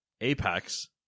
Apex